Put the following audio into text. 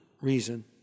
reason